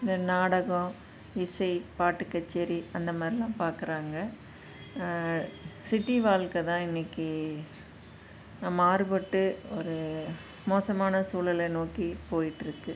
இந்த நாடகம் இசை பாட்டு கச்சேரி அந்த மாதிரிலா பார்க்குறாங்க சிட்டி வாழ்க்கை தான் இன்றைக்கி மாறுபட்டு ஒரு மோசமான சூழலை நோக்கி போயிகிட்டுருக்கு